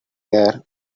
there